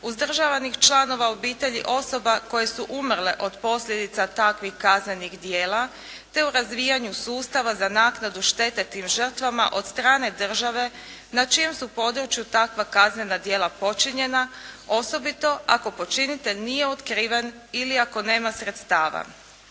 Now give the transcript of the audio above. uzdržavanih članova obitelji koje su umrle od posljedica takvih kaznenih dijela, te u razvijanju sustava za naknadu štete tim žrtvama od strane države na čijem su području takva kaznena dijela počinjena, osobito ako počinitelj nije otkriven ili ako nema sredstava.